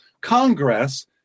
Congress